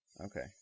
Okay